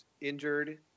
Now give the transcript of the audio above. injured